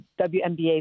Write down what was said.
WNBA